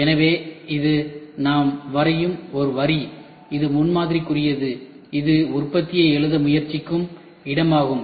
எனவே இது நாம் வரையும் ஒரு வரி இது முன்மாதிரிக்குரியது இது உற்பத்தியை எழுத முயற்சிக்கும் இடமாகும்